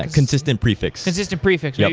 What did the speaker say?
ah consistent prefix. consistent prefix.